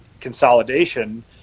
consolidation